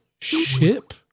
ship